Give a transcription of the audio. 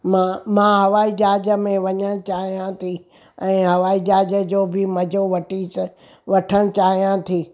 मां मां हवाई जहाज़ में वञणु चाहियां थी ऐं हवाई जहाज़ जो बि मज़ो वठी स वठणु चाहियां थी